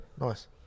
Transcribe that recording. Nice